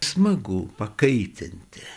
smagu pakaitinti